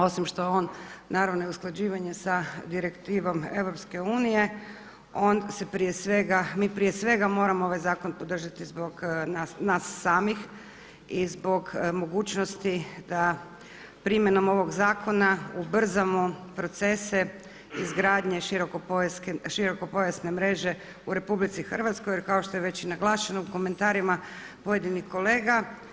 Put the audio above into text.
Osim što je on naravno usklađivanje sa direktivom EU on se prije svega, mi prije svega moramo ovaj zakon podržati zbog nas samih i zbog mogućnosti da primjenom ovog zakona ubrzamo procese izgradnje širokopojasne mreže u RH jer kao što je već i naglašeno u komentarima pojedinih kolega.